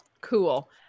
Cool